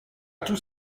tout